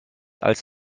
als